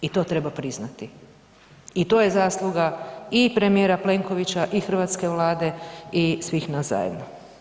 I to treba priznati i to je zasluga i premijera Plenkovića i Hrvatske vlade i svih nas zajedno.